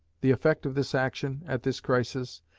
the effect of this action, at this crisis,